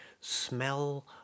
Smell